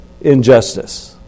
injustice